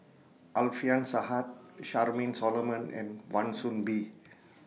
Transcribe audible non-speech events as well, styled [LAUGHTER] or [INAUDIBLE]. Alfian [UNINTELLIGIBLE] Charmaine Solomon and Wan Soon Bee